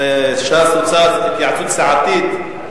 אם ש"ס רוצה התייעצות סיעתית,